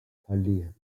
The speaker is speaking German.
verliehen